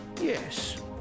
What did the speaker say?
Yes